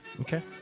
Okay